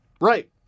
Right